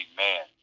Amen